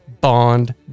Bond